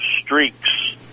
streaks